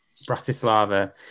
Bratislava